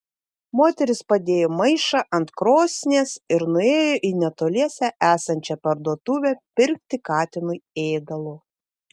moteris padėjo maišą ant krosnies ir nuėjo į netoliese esančią parduotuvę pirkti katinui ėdalo